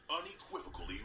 unequivocally